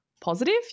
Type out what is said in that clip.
positive